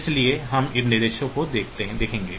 इसलिए हम इन निर्देशों को देखेंगे